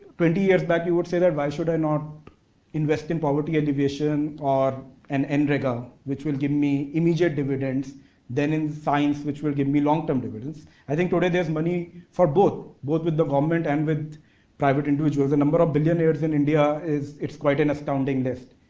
twenty years back, you would say that why should i not invest in poverty alleviation or an nrega which will give me immediate dividends than in science which will give me long-term dividends. i think today there's money for both, both with the government and with private individuals, the number of billionaires in india is quite an astounding list.